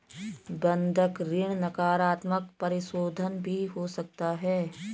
बंधक ऋण नकारात्मक परिशोधन भी हो सकता है